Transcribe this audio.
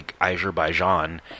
Azerbaijan